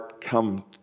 come